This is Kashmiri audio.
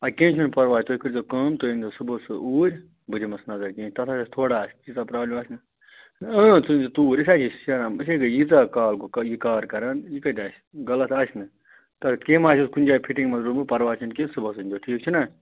آ کیٚنٛہہ چھُنہٕ پَرواے تُہۍ کٔرۍزیٚو کٲم تُہۍ أنۍزیٚو صُبحَس سُہ اوٗرۍ بہٕ دِمَس نَظر کِہیٖنٛۍ تَتھ حظ آسہِ تھوڑا آسہِ تیٖژاہ پرٛابلِم آسہِ نہٕ تُہۍ أنۍزیٚو توٗرۍ یِتھٕے ہِش أسۍ حظ گٔے ییٖژاہ کال گوٚو یہِ کار کَران یہِ کَتہِ آسہِ غلط آسہِ نہٕ تہٕ کیٚنٛہہ ما آسٮ۪س کُنہِ جایہِ فِٹِنٛگ منٛز روٗدمُت پَرواے چھُنہٕ کیٚنٛہہ صُبَحس أنۍزیٚو ٹھیٖک چھُنا